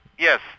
Yes